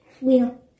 wheel